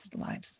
lives